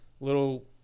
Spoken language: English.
Little